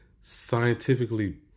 scientifically